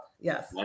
Yes